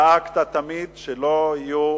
דאגת תמיד שלא יהיו